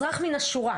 אזרח מן השורה,